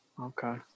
Okay